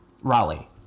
Raleigh